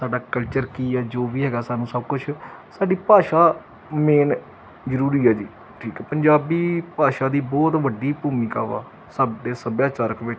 ਸਾਡਾ ਕਲਚਰ ਕੀ ਹੈ ਜੋ ਵੀ ਹੈਗਾ ਸਾਨੂੰ ਸਭ ਕੁਛ ਸਾਡੀ ਭਾਸ਼ਾ ਮੇਨ ਜ਼ਰੂਰੀ ਹੈ ਜੀ ਠੀਕ ਪੰਜਾਬੀ ਭਾਸ਼ਾ ਦੀ ਬਹੁਤ ਵੱਡੀ ਭੂਮਿਕਾ ਵਾ ਸਾਡੇ ਸੱਭਿਆਚਾਰਕ ਵਿੱਚ